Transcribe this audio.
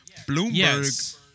Bloomberg